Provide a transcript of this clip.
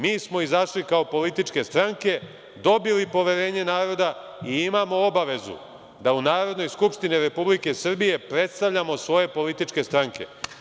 Mi smo izašli kao političke stranke, dobili poverenje naroda i imamo obavezu da Narodnoj skupštini Republike Srbije predstavljamo svoje političke stranke.